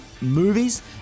movies